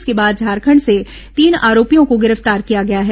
इसके बाद झारखंड से तीन आरोपियों को गिरफ्तार किया गया है